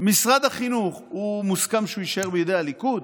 משרד החינוך, מוסכם שהוא יישאר בידי הליכוד?